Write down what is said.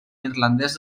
irlandès